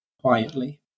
quietly